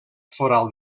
foral